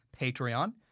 Patreon